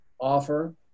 offer